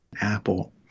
apple